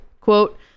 quote